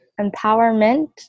empowerment